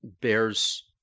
bears